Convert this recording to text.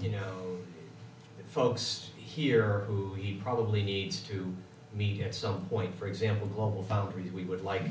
you know folks here who he probably needs to meet at some point for example globalfoundries we would like